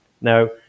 Now